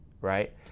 right